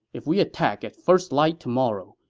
if we attack at first light tomorrow,